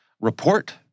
report